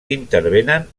intervenen